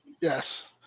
Yes